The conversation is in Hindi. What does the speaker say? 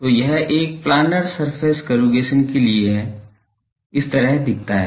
तो यह एक प्लानर सरफेस करुगेशन के लिए है इस तरह दिखता है